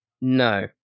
No